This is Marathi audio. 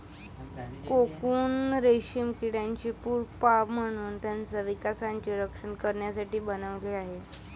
कोकून रेशीम किड्याने प्युपा म्हणून त्याच्या विकासाचे रक्षण करण्यासाठी बनवले आहे